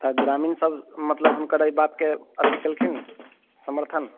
तऽ ग्रामीण सब मतलब हुनकर एहि बातके अथी कयलखिन समर्थन